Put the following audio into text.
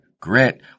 grit